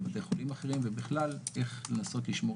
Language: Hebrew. לבתי חולים אחרים ובכלל איך לנסות לשמור